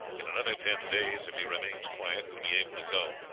in another ten days, if he remains quiet, he will be able to go,